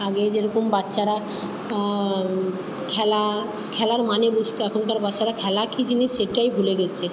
আগে যেরকম বাচ্চারা খেলা খেলার মানে বুঝত এখনকার বাচ্চারা খেলা কী জিনিস সেটাই ভুলে গেছে